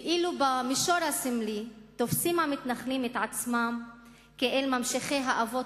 ואילו במישור הסמלי תופסים המתנחלים את עצמם כממשיכי האבות